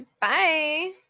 Bye